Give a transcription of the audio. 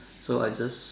so I just